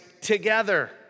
together